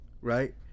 Right